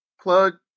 plug